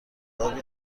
آبی